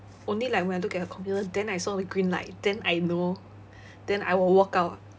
only like when I look at her computer then I saw the green light then I know then I will walk out